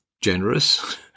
generous